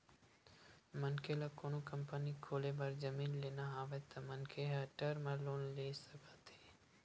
मनखे ल कोनो कंपनी खोले बर जमीन लेना हवय त मनखे ह टर्म लोन ले सकत हे